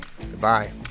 Goodbye